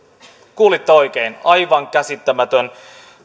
kuulitte oikein aivan käsittämätön